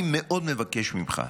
אני מאוד מבקש ממך,